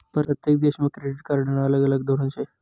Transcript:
परतेक देशमा क्रेडिट कार्डनं अलग अलग धोरन शे